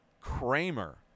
kramer